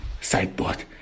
sideboard